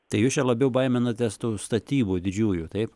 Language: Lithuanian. tai jūs čia labiau baiminatės tų statybų didžiųjų taip